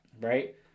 right